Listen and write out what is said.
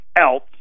else